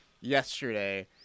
yesterday